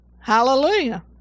Hallelujah